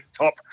top